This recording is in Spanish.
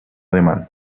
ademán